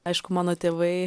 aišku mano tėvai